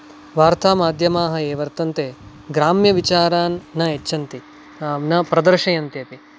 वार्तामाध्यमाः ये वर्तन्ते ग्राम्यविचारान् न यच्छन्ति न प्रदर्शयन्ति अपि